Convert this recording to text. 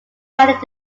decided